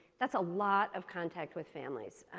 that's a lot of contact with families.